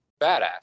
badass